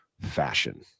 fashion